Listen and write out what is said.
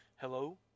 Hello